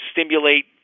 stimulate